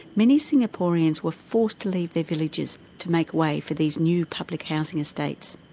many singaporeans were forced to leave their villages to make way for these new public housing estates.